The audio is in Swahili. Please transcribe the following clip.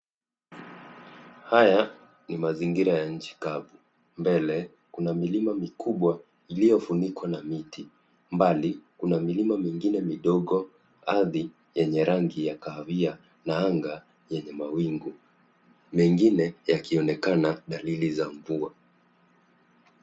Haya ni mazingira ya nchi kavu. Mbele kuna milima mikubwa iliyofunikwa na miti. Mbali kuna milima mingine midogo, ardhi yenye rangi ya kahawia na anga yenye mawingu, mengine yakionekana dalili za mvua.